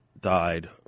died